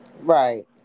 Right